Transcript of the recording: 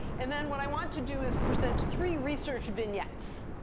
and then what i want to do is present three research vignettes.